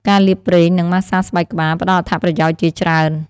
ការលាបប្រេង និងម៉ាស្សាស្បែកក្បាល ផ្តល់អត្ថប្រយោជន៍ជាច្រើន។